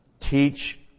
teach